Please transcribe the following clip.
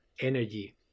energy